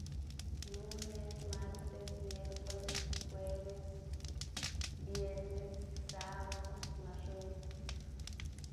Lunes, martes, miercoles, jueves, viernes, sabado, naxë.